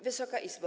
Wysoka Izbo!